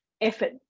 effort